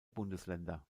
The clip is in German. bundesländer